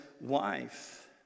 wife